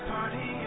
Party